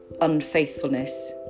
unfaithfulness